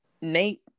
Nate